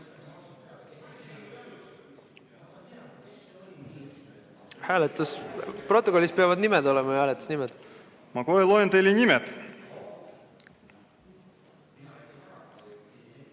juures. Protokollis peavad nimed olema ju hääletuse juures. Ma kohe loen teile nimed: